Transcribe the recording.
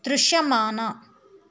దృశ్యమాన